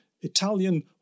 Italian